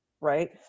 right